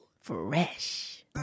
Fresh